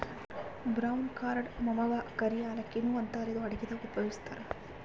brown ಕಾರ್ಡಮಮಗಾ ಕರಿ ಯಾಲಕ್ಕಿ ನು ಅಂತಾರ್ ಇದು ಅಡಗಿದಾಗ್ ಉಪಯೋಗಸ್ತಾರ್